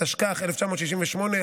התשכ"ח 1968,